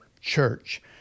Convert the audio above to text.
church